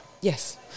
yes